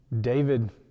David